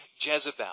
Jezebel